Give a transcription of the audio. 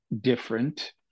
different